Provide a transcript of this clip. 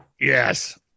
Yes